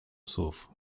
psów